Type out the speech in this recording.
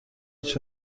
هیچ